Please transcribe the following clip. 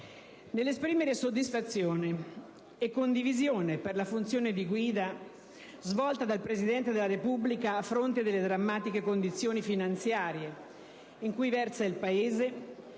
nell'esprimere soddisfazione e condivisione per la funzione di guida svolta dal Presidente della Repubblica a fronte delle drammatiche condizioni finanziarie in cui versa il Paese,